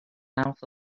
mouth